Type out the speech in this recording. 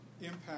impact